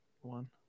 one